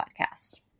podcast